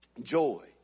joy